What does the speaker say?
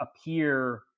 appear